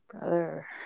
brother